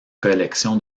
collection